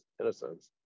innocence